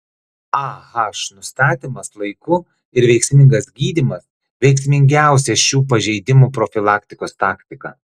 ah nustatymas laiku ir veiksmingas gydymas veiksmingiausia šių pažeidimų profilaktikos taktika